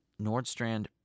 Nordstrand